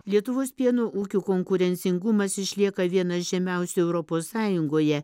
lietuvos pieno ūkių konkurencingumas išlieka vienas žemiausių europos sąjungoje